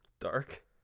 dark